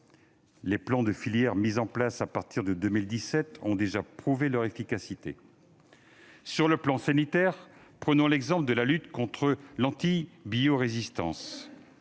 Les plans de filière mis en place à partir de 2017 ont déjà prouvé leur efficacité. Sur le plan sanitaire, prenons l'exemple de la lutte contre l'antibiorésistance